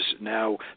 now